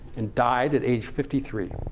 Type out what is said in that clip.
and died at age fifty three.